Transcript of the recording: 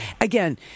Again